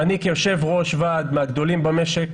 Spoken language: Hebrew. אני כיושב ראש ועד מהגדולים במשק